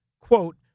quote